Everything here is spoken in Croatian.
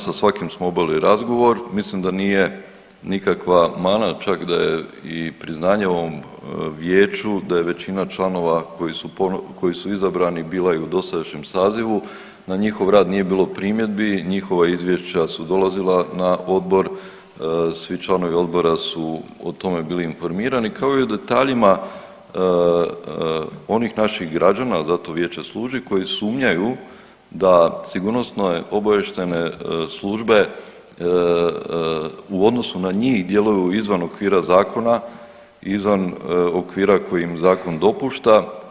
Sa svakim smo obavili razgovor mislim da nije nikakva mana čak da je i priznanje ovom vijeću da je većina članova koji su izabrani bila i u dosadašnjem sazivu, na njihov rad nije bilo primjedbi, njihova izvješća su dolazila na odbor, svi članovi odbora su o tome bili informirani kao i o detaljima onih naših građana, zato vijeće služi, koji sumnjaju da sigurnosno obavještajne službe u odnosu na njih djeluju izvan okvira zakona, izvan okvira koji im zakon dopušta.